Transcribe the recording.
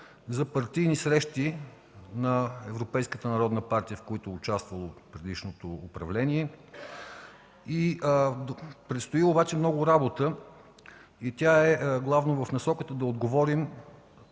за партийни срещи на Европейската народна партия, в които е участвало предишното управление. Предстои обаче много работа и тя е главно в насоката да отговорим